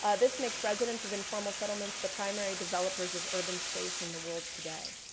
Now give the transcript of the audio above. ah this makes residents of informal settlements the primary developers of urban space in the world today.